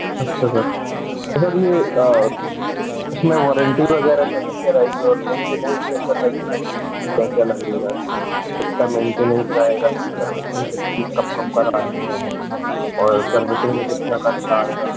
अच्छा सर तो सर ये उसमे वारंटी वगैरह कैसी क्या रहेगी और मेंटेनेंस कैसा लगेगा मतलब क्या क्या लगेगा कितना मेंटेनेंस रहेगा उसकी सर्विसिंग कितनी कब कब करानी है और सर्विसिंग में कितना खर्चा आएगा